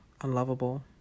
unlovable